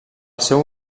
seu